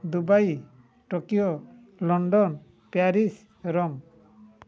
Dubai Tokyo London Paris Rome